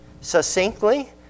succinctly